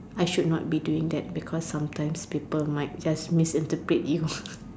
I should not be doing that because sometimes people might just misinterpret you